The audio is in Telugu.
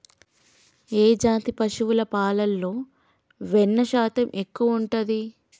ఏ జాతి పశువుల పాలలో వెన్నె శాతం ఎక్కువ ఉంటది?